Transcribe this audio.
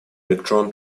electron